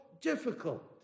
difficult